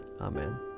Amen